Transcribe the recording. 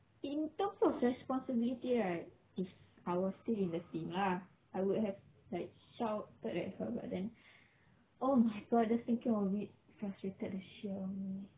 in terms of responsibility right if I was still in the team lah I would have like shouted at her but then oh my god just thinking of it frustrated the shit out of me